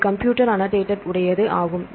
இது computer annotated உடையது ஆகும்